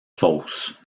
fausse